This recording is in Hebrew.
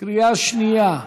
קריאה שנייה.